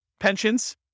Pensions